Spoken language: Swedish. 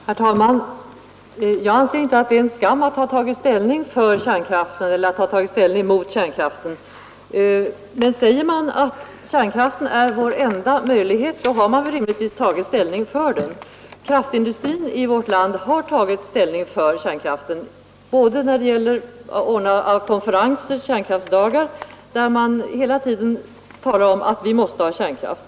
Herr talman! Jag anser inte att det är en skam att ha tagit ställning för eller emot kärnkraften. Men om man säger att kärnkraften är vår enda möjlighet, då har man väl rimligtvis tagit ställning för den. Kraftindustrin i vårt land har tagit ställning för kärnkraften genom att ordna konferenser eller kärnkraftsdagar och genom att man hela tiden talar om att vi måste ha kärnkraft.